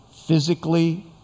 physically